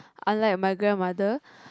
unlike my grandmother